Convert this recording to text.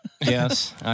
Yes